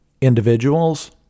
individuals